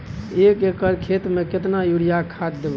एक एकर खेत मे केतना यूरिया खाद दैबे?